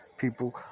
People